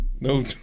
no